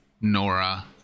nora